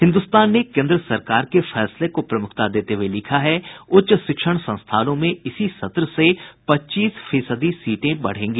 हिन्दुस्तान ने केन्द्र सरकार के फैसले को प्रमुखता देते हुये लिखा है उच्च शिक्षण संस्थानों में इसी सत्र से पच्चीस फीसदी सीटें बढ़ेंगी